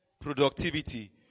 productivity